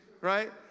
right